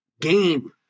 game